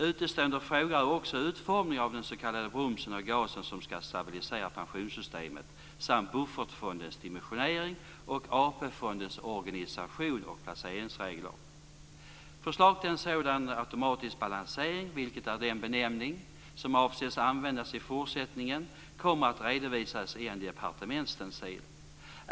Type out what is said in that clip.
Utestående frågor är bl.a. utformning av den s.k. bromsen och gasen som skall stabilisera pensionssystemet samt buffertfondens dimensionering och AP-fondens organisation och placeringsregler. Förslag till en sådan automatisk balansering, vilket är den benämning som avses användas i fortsättningen, kommer att redovisas i en departementsstencil.